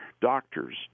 doctors